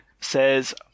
says